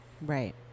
Right